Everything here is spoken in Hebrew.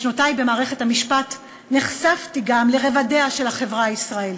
בשנותי במערכת המשפט נחשפתי גם לרבדיה של החברה הישראלית,